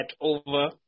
over